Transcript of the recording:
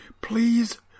please